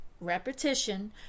repetition